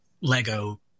Lego